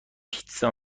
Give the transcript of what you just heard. پیتزا